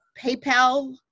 PayPal